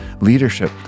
leadership